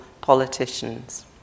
politicians